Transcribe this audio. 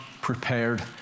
prepared